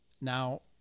Now